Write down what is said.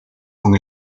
con